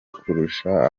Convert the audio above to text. kurusha